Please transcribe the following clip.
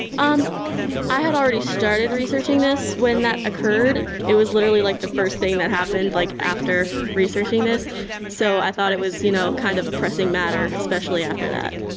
um had already started researching this when that occurred. it was literally like the first thing that happened like after researching this so i thought it was you know kind of a pressing matter especially after that.